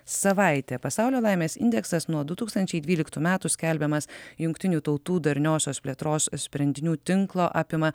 savaitė pasaulio laimės indeksas nuo du tūkstančiai dvyliktų metų skelbiamas jungtinių tautų darniosios plėtros sprendinių tinklo apima